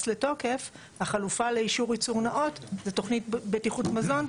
לתוקף החלופה לאישור ייצור נאות זה תוכנית בטיחות מזון,